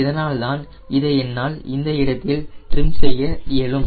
இதனால் தான் இதை என்னால் இந்த இடத்தில் ட்ரிம் செய்ய இயலும்